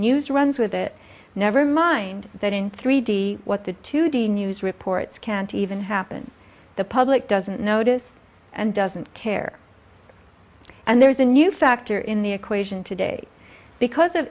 news runs with it never mind that in three d what the two d news reports can't even happen the public doesn't notice and doesn't care and there's a new factor in the equation today because of